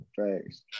Thanks